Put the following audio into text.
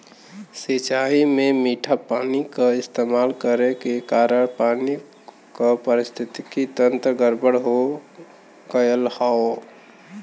सिंचाई में मीठा पानी क इस्तेमाल करे के कारण पानी क पारिस्थितिकि तंत्र गड़बड़ हो गयल हौ